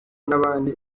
n’abandi